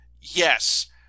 yes